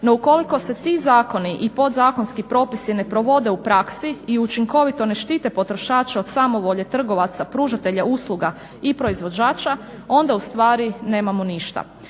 no ukoliko se ti zakoni i podzakonski propisi ne provode u praksi i učinkovito ne štite potrošača od samovolje trgovaca pružatelja usluga i proizvođača onda ustvari nemamo ništa.